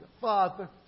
Father